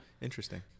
interesting